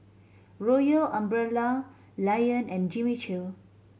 Royal Umbrella Lion and Jimmy Choo